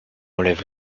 lève